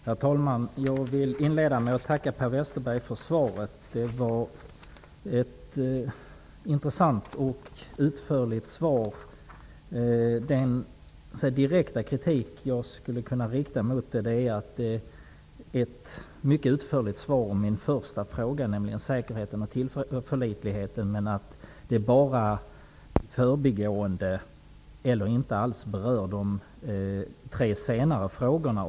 Herr talman! Jag inleder med att tacka Per Westerberg för svaret. Det var ett intressant och utförligt svar. Den direkta kritik som jag skulle kunna rikta mot svaret är att det är mycket utförligt vad gäller min första fråga, nämligen säkerheten och tillförlitligheten, men att svaret bara förbigående eller inte alls berör de tre senare frågorna.